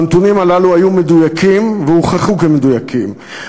הנתונים הללו היו מדויקים והוכחו כמדויקים.